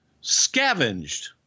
scavenged